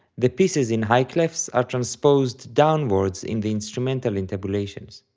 the pieces in high clefs are transposed downwards in the instrumental intabulations.